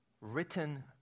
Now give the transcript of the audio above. written